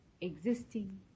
existing